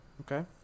Okay